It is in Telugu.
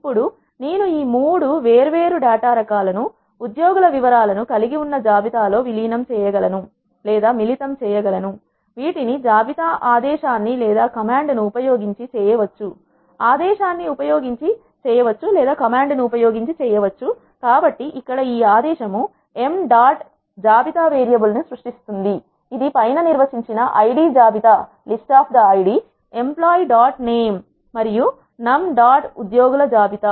ఇప్పుడు నేను ఈ మూడు వేర్వేరు డేటా రకాలను ఉద్యోగుల వివరాలను కలిగి ఉన్న జాబితా లో విలీనం చేయగలను మిలితం చేయగలను వీటిని జాబితా ఆదేశాన్ని ఉపయోగించి చేయవచ్చు ఆదేశాన్ని ఉపయోగించి చేయవచ్చు కాబట్టి ఇక్కడ ఈ ఆదేశం m dot జాబితా వేరియబుల్ ను సృష్టిస్తుంది ఇది పైన నిర్వచించిన ఐడి జాబితా ఎంప్లాయి డాట్ నేమ్ మరియు నమ్ డాట్ ఉద్యోగుల జాబితా